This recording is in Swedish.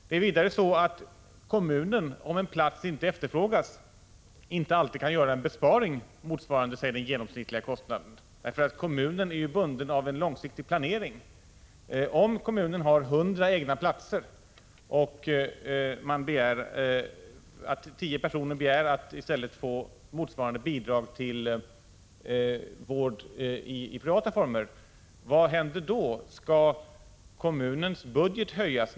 Det är vidare så att kommunen, om en plats inte efterfrågas, inte alltid kan göra en besparing motsvarande t.ex. den genomsnittliga kostnaden. Kommunen är ju bunden av en långsiktig planering. Om kommunen har 100 egna platser och tio personer begär att i stället få ett belopp motsvarande kommunens kostnad för varje plats som bidrag till vård i privata former, vad händer då? Skall kommunens budget höjas?